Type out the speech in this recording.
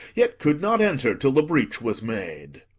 yet could not enter till the breach was made.